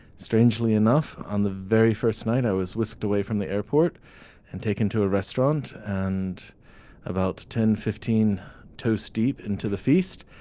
strangely enough, on the very first night, i was whisked away from the airport and taken to a restaurant. and about ten fifteen toasts deep into the feast,